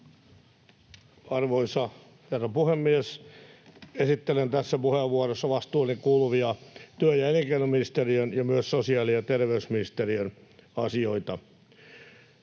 Arvoisa herra puhemies! Esittelen tässä puheenvuorossa vastuulleni kuuluvia työ‑ ja elinkeinoministeriön ja myös sosiaali‑ ja terveysministeriön asioita.